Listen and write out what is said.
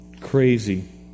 crazy